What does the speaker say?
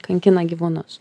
kankina gyvūnus